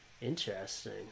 Interesting